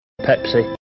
Pepsi